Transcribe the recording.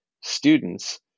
students